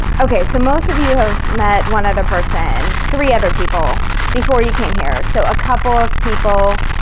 okay, so most of you have met one other person. three other people before you came here? so a couple of people.